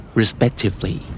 Respectively